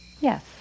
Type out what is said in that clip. Yes